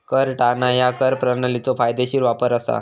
कर टाळणा ह्या कर प्रणालीचो कायदेशीर वापर असा